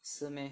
是 meh